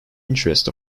interest